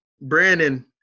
Brandon